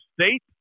State